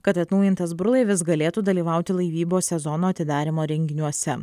kad atnaujintas burlaivis galėtų dalyvauti laivybos sezono atidarymo renginiuose